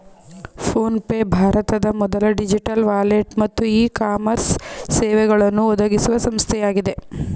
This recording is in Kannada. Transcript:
ಫೋನ್ ಪೇ ಭಾರತದ ಮೊದಲ ಡಿಜಿಟಲ್ ವಾಲೆಟ್ ಮತ್ತು ಇ ಕಾಮರ್ಸ್ ಸೇವೆಗಳನ್ನು ಒದಗಿಸುವ ಸಂಸ್ಥೆಯಾಗಿದೆ